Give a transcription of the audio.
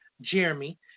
Jeremy